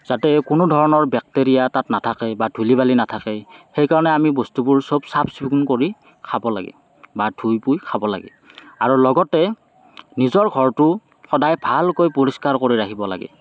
যাতে কোনো ধৰণৰ বেক্টেৰীয়া তাত নাথাকে বা ধূলি বালি নাথাকে সেইকাৰণে আমি বস্তুবোৰ সব চাফ চিকুণ কৰি খাব লাগে বা ধুই পুই খাব লাগে আৰু লগতে নিজৰ ঘৰটো সদায় ভালকৈ পৰিষ্কাৰ কৰি ৰাখিব লাগে